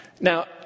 Now